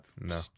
No